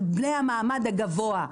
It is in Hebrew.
את בני המעמד הגבוה.